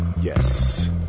Yes